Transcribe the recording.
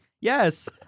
yes